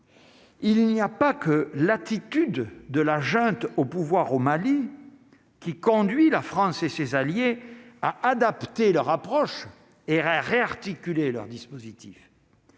Il n'y a pas que l'attitude de la junte au pouvoir au Mali, qui conduit la France et ses alliés à adapter leur approche et réarticuler leur dispositif.